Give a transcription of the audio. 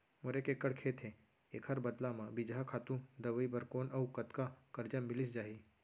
मोर एक एक्कड़ खेत हे, एखर बदला म बीजहा, खातू, दवई बर कोन अऊ कतका करजा मिलिस जाही?